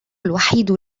الوحيد